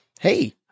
hey